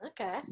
okay